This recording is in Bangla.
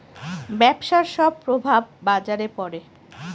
ব্যবসার সব প্রভাব বাজারে পড়ে